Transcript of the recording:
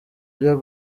byo